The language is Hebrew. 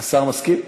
השר מסכים?